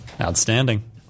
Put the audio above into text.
Outstanding